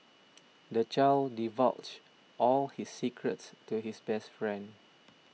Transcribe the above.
the child divulged all his secrets to his best friend